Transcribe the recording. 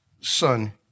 son